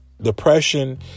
Depression